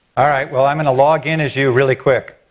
alright well i'm going to log in as you really quick.